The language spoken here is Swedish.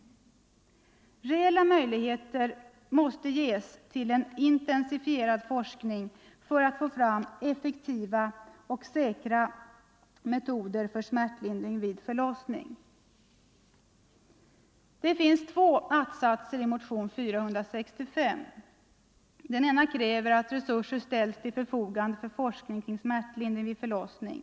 Reella möjligheter måste ges till en intensifierad forskning för att få fram effektiva och säkra metoder för smärtlindring vid förlossning. Det finns två att-satser i motionen 465. I den ena krävs att resurser ställs till förfogande för forskning kring smärtlindring vid förlossning.